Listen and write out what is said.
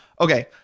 Okay